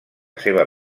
seva